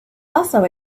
also